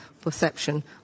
perception